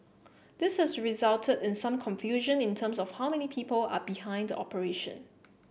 this has resulted in some confusion in terms of how many people are behind the operation